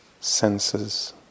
senses